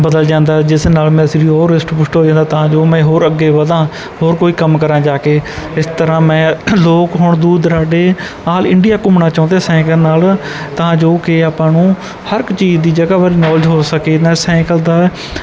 ਬਦਲ ਜਾਂਦਾ ਜਿਸ ਨਾਲ ਮੇਰਾ ਸਰੀਰ ਹੋਰ ਰਿਸ਼ਟ ਪੁਸ਼ਟ ਹੋ ਜਾਂਦਾ ਤਾਂ ਜੋ ਮੈਂ ਹੋਰ ਅੱਗੇ ਵਧਾ ਹੋਰ ਕੋਈ ਕੰਮ ਕਰਾਂ ਜਾ ਕੇ ਇਸ ਤਰ੍ਹਾਂ ਮੈਂ ਲੋਕ ਹੁਣ ਦੂਰ ਦਰਾਡੇ ਆਲ ਇੰਡੀਆ ਘੁੰਮਣਾ ਚਾਹੁੰਦੇ ਸੈਂਕਲ ਨਾਲ ਤਾਂ ਜੋ ਕਿ ਆਪਾਂ ਨੂੰ ਹਰ ਇੱਕ ਚੀਜ਼ ਦੀ ਜਗ੍ਹਾ ਬਾਰੇ ਨੌਲੇਜ ਹੋ ਸਕੇ ਇਹਨਾਂ ਸੈਂਕਲ ਤਾਂ